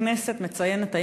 הכנסת מציינת היום,